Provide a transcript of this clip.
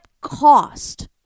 cost